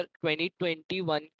2021